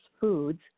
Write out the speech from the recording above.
foods